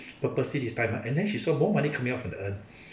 purposely this time ah and then she saw more money coming out from the urn